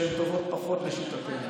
וכשהן טובות פחות לשיטתנו.